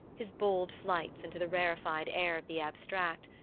his bold flights into the rarefied air of the abstract,